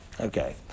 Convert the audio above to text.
okay